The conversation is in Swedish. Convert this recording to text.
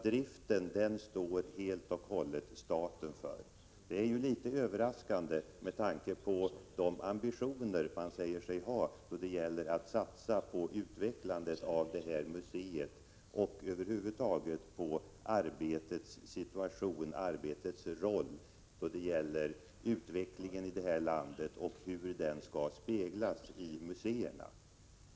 Driften står staten för helt och hållet. Det är litet överraskande med tanke på de ambitioner stiftarna säger sig ha då det gäller att satsa på utvecklandet av detta museum och över huvud taget på speglingen av arbetets roll i utvecklingen av vårt land.